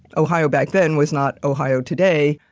ohio back then was not ohio today.